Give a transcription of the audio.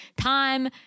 time